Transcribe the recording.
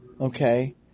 Okay